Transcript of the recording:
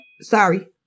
sorry